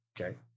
okay